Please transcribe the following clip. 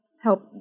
help